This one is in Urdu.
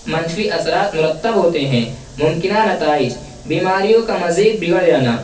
منفی اثرات مرتب ہوتے ہیں ممکنہ نتائج بیماریوں کا مزید بگڑ جانا